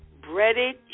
Breaded